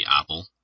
Apple